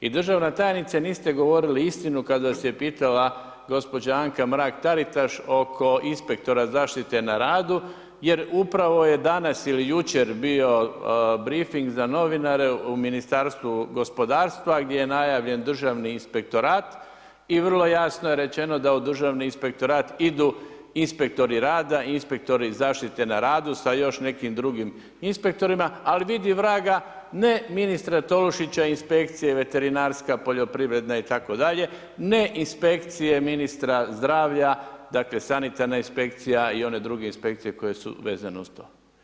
I državna tajnice niste govorili istinu kada vas je pitala gospođa Anka Mrak Taritaš oko inspektora zaštite na radu jer upravo je danas ili jučer bio brifing za novinare u Ministarstvu gospodarstva gdje je najavljen Državni inspektorat i vrlo jasno je rečeno da u državni inspektorat idu inspektori rada, inspektori zaštite na radu sa još nekim drugim inspektorima, ali vidi vraga ne, ministra Tolušića inspekcija veterinarska, poljoprivredna itd., ne inspekcije ministra zdravlja, dakle sanitarna inspekcija i one druge inspekcije koje su vezane uz to.